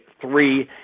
three